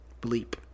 bleep